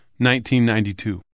1992